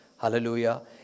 Hallelujah